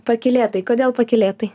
pakylėtai kodėl pakylėtai